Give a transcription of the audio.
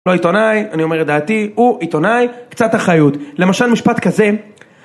לא עיתונאי, אני אומר את דעתי, הוא עיתונאי, קצת אחיות. למשל משפט כזה